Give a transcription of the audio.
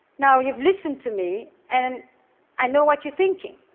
now, you've listened to me, and i know what you're thinking